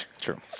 True